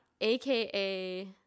aka